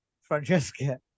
Francesca